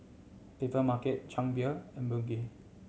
Papermarket Chang Beer and Bengay